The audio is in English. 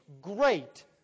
great